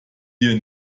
dir